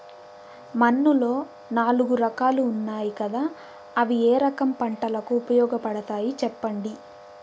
మన్నులో నాలుగు రకాలు ఉన్నాయి కదా అవి ఏ రకం పంటలకు ఉపయోగపడతాయి చెప్పండి?